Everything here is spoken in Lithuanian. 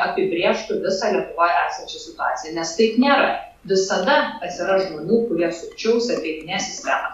apibrėžtų visą lietuvoj esančią situaciją nes taip nėra visada atsiras žmonių kurie sukčiaus ir apeidinės sistemą